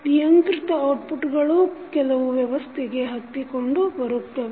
ನಿಯಂತ್ರಿತ ಔಟ್ಪುಟ್ಗಳೂ ಕೆಲವು ವ್ಯವಸ್ಥೆಗೆ ಹತ್ತಿಕೊಂಡು ಬರುತ್ತವೆ